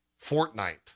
Fortnite